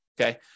Okay